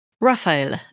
Raphael